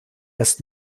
erst